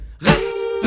respect